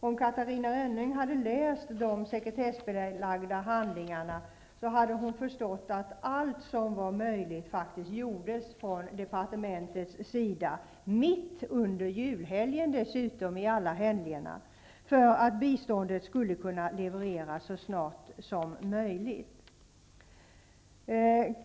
Om Catarina Rönnung hade läst de sekretessbelagda handlingarna hade hon förstått att allt som var möjligt att göra också gjordes från departementets sida -- mitt under julhelgen dessutom -- för att biståndet skulle kunna levereras så snart som möjligt.